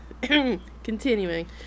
Continuing